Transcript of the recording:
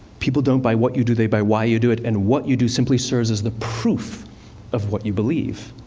people don't buy what you do they buy why you do it, and what you do simply serves as the proof of what you believe.